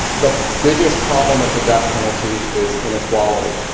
the biggest problem with the death penalty is inequality.